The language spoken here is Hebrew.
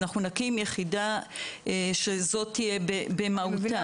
אנחנו נקים יחידה שזו תהיה מהותה,